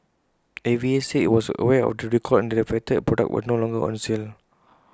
A V A said IT was aware of the recall and that the affected products were no longer on sale